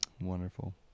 Wonderful